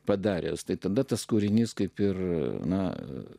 padaręs tai tada tas kūrinys kaip ir na